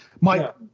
Mike